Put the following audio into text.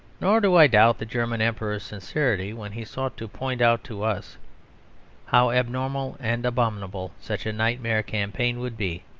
nor do i doubt the german emperor's sincerity when he sought to point out to us how abnormal and abominable such a nightmare campaign would be,